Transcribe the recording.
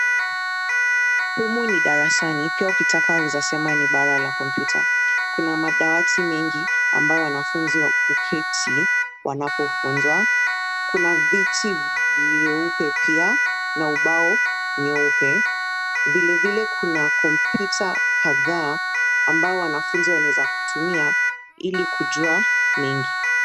Humu ni darasani pia ukitaka waeza sema ni bara la kompyuta. Kuna madawati mengi ambao wanafunzi huketi wanapofunzwa. Kuna viti vyeupe pia na ubao nyeupe. Vile vile kuna kompyuta kadhaa ambao wanafunzi wanaweza kutumia ili kujua mengi.